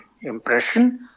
impression